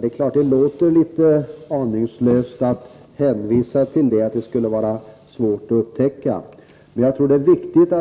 Det låter litet aningslöst med hänvisningen till att det skulle vara svårt att upptäcka den oseriösa verksamheten. Men jag tror att det är viktigt